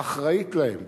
אחראית להם